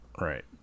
Right